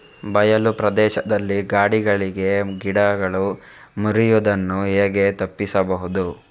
ಬಯಲು ಪ್ರದೇಶದಲ್ಲಿ ಗಾಳಿಗೆ ಗಿಡಗಳು ಮುರಿಯುದನ್ನು ಹೇಗೆ ತಪ್ಪಿಸಬಹುದು?